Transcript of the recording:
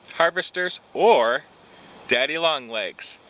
harvesters, or daddy long legs.